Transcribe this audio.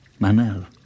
Manel